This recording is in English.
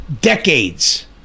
decades